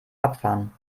abfahren